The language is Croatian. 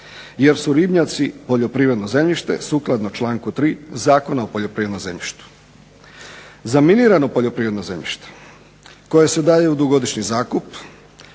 Jer su ribnjaci poljoprivredno zemljište sukladno članku 3. Zakona o poljoprivrednom zemljištu. Za minirano poljoprivredno zemljište koje se daje u dugogodišnji zakup